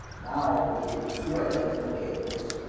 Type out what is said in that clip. now, we gave you two identical cables